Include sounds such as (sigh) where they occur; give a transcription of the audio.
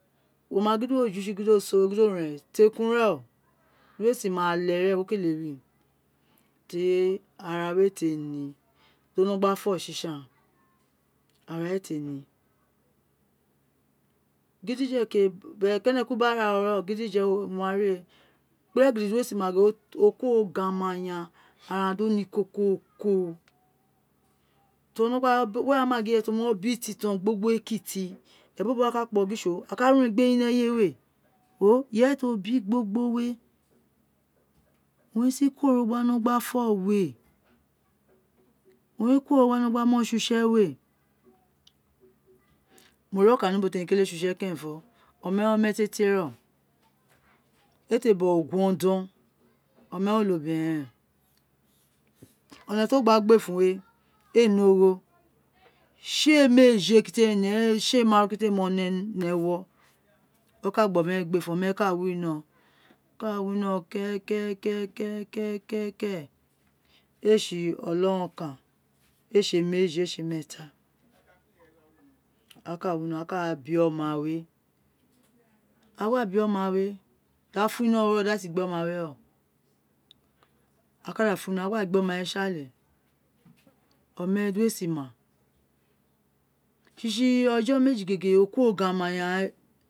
Mo ma gin di wo jusi gin do soro di o ren tekun rẹ di uwọ si ma àle wo kéle ríì teri ara wé éè té ni a winọro̟n gba fọ ṣiṣan ara éè té ni gibije kéè kenekun bi ara ro rẹn gidije uwo ma ríì kpe di uwo si ma gege wé o kuoro (unintelligible) ara ro ni (unintelligible) ti wo nọ gba wéè wa ma gin irẹyé ti o bi titọn gbogbo wé kiti ẹbobo wa ka kpa uwo gin (unintelligible) a ka ri urun egbe yi ni eyé wé gho irẹyé ti o bi gbogbowé owun ré si kuoro gba winọrọn gba fọ wé o kuoro gba nọ gba sé uṣẹ wé irẹyé ọkan ni ubo ti mo kéle sé uṣẹ kẹrẹnfọ oma wé ọmẹ tietie (unintelligible) ọma wé onobirẹn ren ọnẹ ti o gba gbé fun wé éè nẹ ogho séle méejé kiti éè nẹ séle maaru kiti éè mọ nẹ ẹwọ o ka gba ọma wé gbefun ọma wé ka winọ ka wino kẹkẹkẹ é si ọnọrọn ọkan é si méji é si meẹta ka winọ a káàbi ọma wé ta gba bi oma wé di a fo ni wé di aghan éè si gbé oma wé rẹ a ka da fọ inọ a ka da gbé ọma si àle ọma wé di uwo si ma ṣiṣi ọjọ meji gege o kuoro (unintelligible)